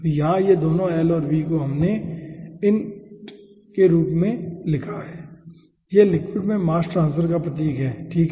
तो यहाँ ये दोनों l और v को हमने int के रूप में लिखा है यह लिक्विड में मास ट्रांसफर का प्रतीक है ठीक है